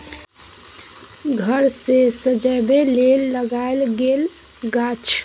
घर मे सजबै लेल लगाएल गेल गाछ